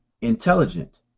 intelligent